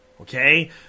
okay